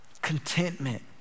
Contentment